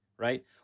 right